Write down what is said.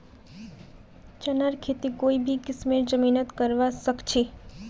चनार खेती कोई भी किस्मेर जमीनत करवा सखछी